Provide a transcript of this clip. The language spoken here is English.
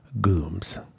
gooms